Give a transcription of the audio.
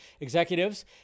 executives